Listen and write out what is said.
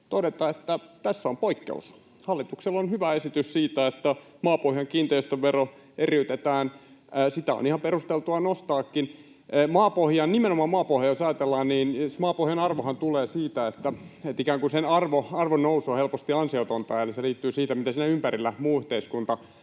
todeta, että tässä on poikkeus: hallituksella on hyvä esitys siitä, että maapohjan kiinteistövero eriytetään — sitä on ihan perusteltua nostaakin. Jos ajatellaan, niin maapohjan arvohan tulee siitä, että ikään kuin sen arvonnousu on helposti ansiotonta, eli se liittyy siihen, mitä siinä ympärillä muu yhteiskunta